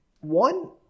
One